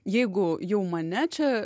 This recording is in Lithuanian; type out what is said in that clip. jeigu jau mane čia